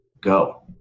go